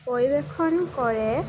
পৰিৱেশন কৰে